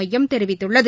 மையம் தெரிவித்துள்ளது